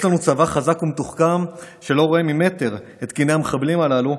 יש לנו צבא חזק ומתוחכם שלא רואה ממטר את קיני המחבלים הללו,